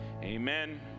amen